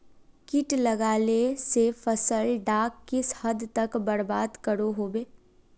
किट लगाले से फसल डाक किस हद तक बर्बाद करो होबे?